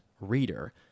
reader